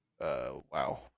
wow